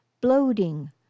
bloating